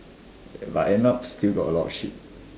but end up still got a lot of shit